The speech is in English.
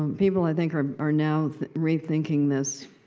um people, i think, are are now re-thinking this.